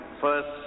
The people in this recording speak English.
first